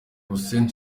hussein